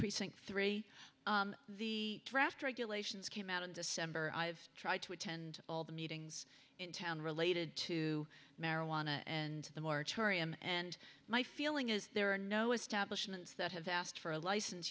precinct three the draft regulations came out in december i've tried to attend all the meetings in town related to marijuana and the moratorium and my feeling is there are no establishment that have asked for a license